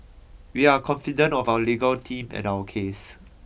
we are confident of our legal team and our case